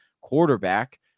quarterback